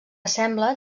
sembla